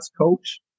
coach